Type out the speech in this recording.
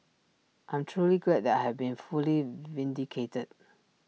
I'm truly glad that I have been fully vindicated